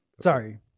sorry